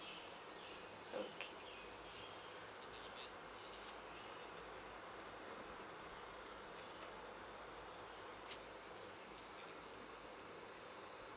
okay